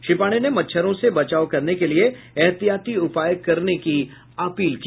श्री पांडेय ने मच्छरों से बचाव करने के लिए एहतियाती उपाय करने की अपील की